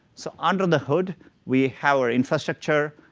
so under the hood we have our infrastructure,